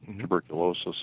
tuberculosis